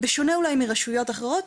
בשונה אולי מרשויות אחרות,